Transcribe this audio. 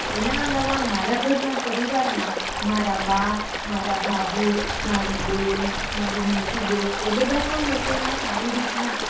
એના અલાવા મારા ઘરના પરિવારમાં મારા બા મારા ભાભૂ મારી બેન મારી મોટી બેન એ બધાં પણ રસોઈમાં સારી રીતના